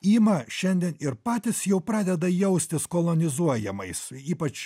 ima šiandien ir patys jau pradeda jaustis kolonizuojamais ypač